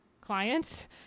clients